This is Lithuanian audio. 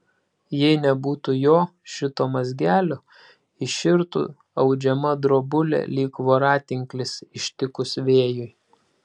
jei nebūtų jo šito mazgelio iširtų audžiama drobulė lyg voratinklis ištikus vėjui